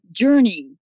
journey